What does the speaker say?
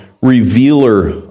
revealer